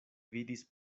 vidis